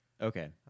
okay